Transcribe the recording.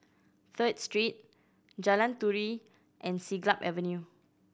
Third Street Jalan Turi and Siglap Avenue